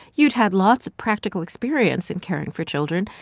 you'd had lots of practical experience in caring for children.